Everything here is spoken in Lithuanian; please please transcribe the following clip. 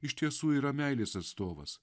iš tiesų yra meilės atstovas